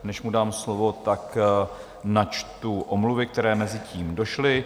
Než mu dám slovo, načtu omluvy, které mezitím došly.